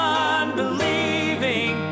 unbelieving